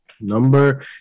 Number